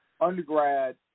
undergrad